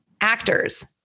Actors